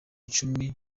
icumi